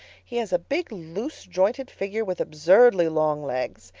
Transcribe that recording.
he has a big, loose-jointed figure with absurdly long legs.